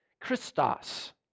Christos